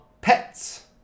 pets